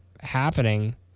happening